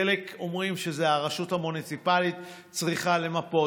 חלק אומרים שהרשות המוניציפלית צריכה למפות,